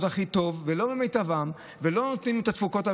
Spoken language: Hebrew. הכי טוב ולא במיטבן ולא נותנות את התפוקות המלאות,